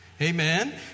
Amen